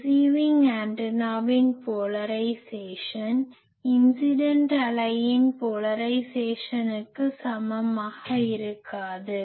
receiving ஆண்டனாவின் polarisation incident அலையின் போலரைஸேசனுக்கு சமமாக இருக்காது